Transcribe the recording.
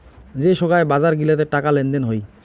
যে সোগায় বাজার গিলাতে টাকা লেনদেন হই